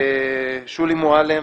שולי מועלם,